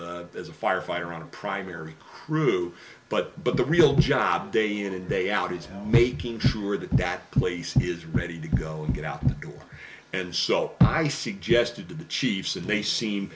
a firefighter on a primary crew but but the real job day in and day out is making sure that that place is ready to go and get out and so i suggested to the chiefs and